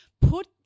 put